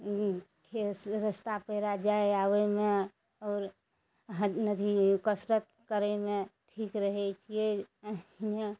रस्ता पेरा जाइ आबयमे आओर अथी कसरत करयमे ठीक रहय छियै